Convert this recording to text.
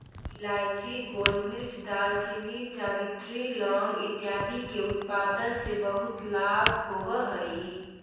इलायची, गोलमिर्च, दालचीनी, जावित्री, लौंग इत्यादि के उत्पादन से बहुत लाभ होवअ हई